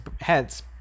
heads